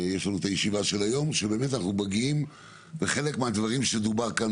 בישיבה של היום אנחנו מגיעים לחלק מהדברים שדוברו כאן